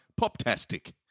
Poptastic